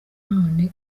none